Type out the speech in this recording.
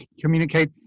communicate